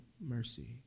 mercy